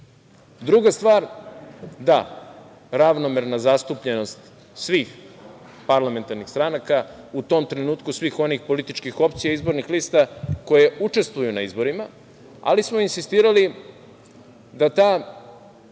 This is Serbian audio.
stvar, da, ravnomerna zastupljenost parlamentarnih stranaka, u tom trenutku svih onih političkih opcija izbornih lista koje učestvuju na izborima, ali smo insistirali da to